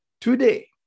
Today